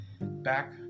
back